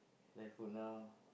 Leftfoot now